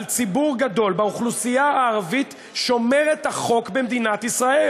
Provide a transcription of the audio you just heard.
על ציבור גדול באוכלוסייה הערבית שומרת החוק במדינת ישראל.